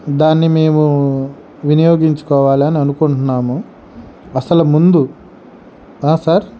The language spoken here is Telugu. దాన్ని మేము వినియోగించుకోవాలని అనుకుంటున్నాము అసలు ముందు సర్